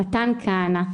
מתן כהנא,